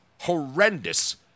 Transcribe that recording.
horrendous